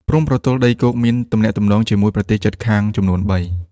ព្រំប្រទល់ដីគោកមានទំនាក់ទំនងជាមួយប្រទេសជិតខាងចំនួនបី។